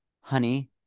Honey